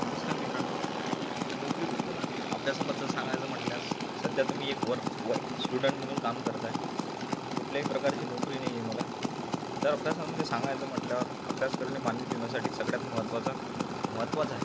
नमस्कार मित्रांनो तर नोकरीबद्दल आणि अभ्यासाबद्दल सांगायचं म्हटल्यास सध्या तर मी एक वर्क वर्क स्टुडन्ट म्हणून काम करत आहे कुठल्याही प्रकारची नोकरी नाही आहे मला तर अभ्यासामधे सांगायचं म्हटल्यावर अभ्यास करणे मानवी जीवनासाठी सगळ्यात महत्त्वाचा महत्त्वाचं आहे